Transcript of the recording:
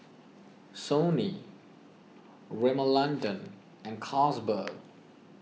Sony Rimmel London and Carlsberg